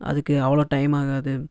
அதுக்கு அவ்வளோ டைம் ஆகாது